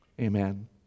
amen